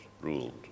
ruled